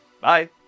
Bye